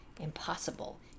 Impossible